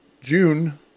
June